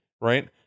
Right